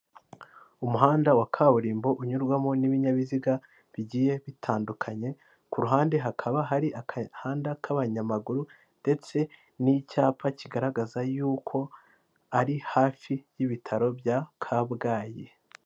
Umuhanda wa kaburimbo unyurwamo n'ibinyabiziga bigiye bitandukanye, ku ruhande hakaba hari akahanda k'abanyamaguru ndetse n'icyapa kigaragaza yuko ari hafi y'ibitaro bya Kabgayi.